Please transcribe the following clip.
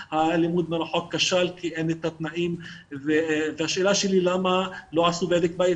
שהלימוד מרחוק כשל כי אין את התנאים והשאלה שלי למה לא עשו בדק בית,